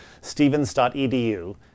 stevens.edu